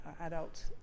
adults